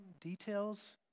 details